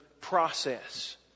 process